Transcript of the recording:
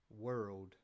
world